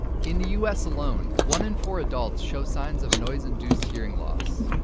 in the us alone, one in four adults show signs of noise-induced hearing loss.